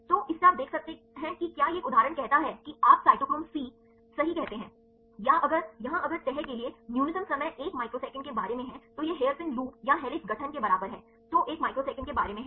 तो इससे आप देख सकते हैं कि क्या यह एक उदाहरण कहता है कि आप साइटोक्रोम सी सही कहते हैं यहाँ अगर तह के लिए न्यूनतम समय एक माइक्रोसेकंड के बारे में है तो यह हेयरपिन लूप या हेलिक्स गठन के बराबर है तो एक माइक्रोसेकंड के बारे में है